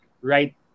right